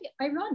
ironic